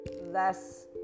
less